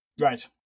Right